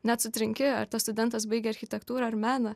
net sutrinki ar tas studentas baigė architektūrą ir meną